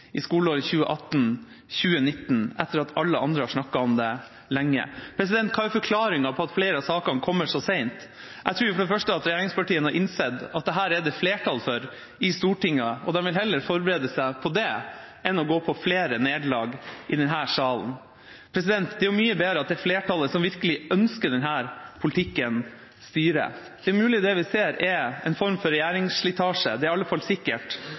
i skoleåret 2018–2019, etter at alle andre har snakket om det lenge. Hva er forklaringen på at flere av sakene kommer så sent? Jeg tror for det første at regjeringspartiene har innsett at dette er det flertall for i Stortinget, og de vil heller forberede seg på det enn å gå på flere nederlag i denne salen. Det er mye bedre at det flertallet som virkelig ønsker denne politikken, styrer. Det er mulig det vi ser, er en form for regjeringsslitasje. Det er i alle fall sikkert